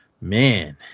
man